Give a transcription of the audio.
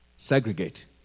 Segregate